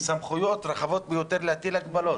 סמכויות רחבות ביותר להטיל הגבלות.